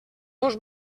dos